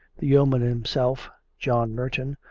the yeoman himself, john merton,